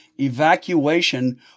evacuation